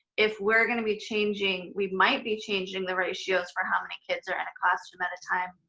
if we're gonna be changing, we might be changing the ratios for how many kids are in a classroom at a time,